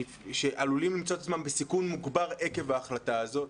עלולים למצוא את עצמם בסיכון מוגבר עקב ההחלטה הזאת.